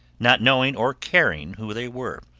not knowing or caring who they were.